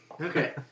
Okay